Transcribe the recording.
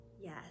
yes